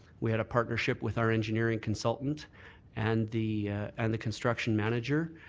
we had a partnership with our engineering consultant and the and the construction manager.